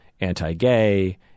anti-gay